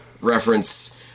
reference